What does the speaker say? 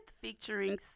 featuring